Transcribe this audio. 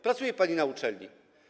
Pracuje pani na uczelni.